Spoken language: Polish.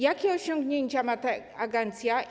Jakie osiągnięcia ma ta agencja?